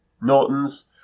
Norton's